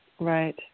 Right